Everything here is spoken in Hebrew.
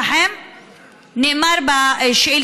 השר,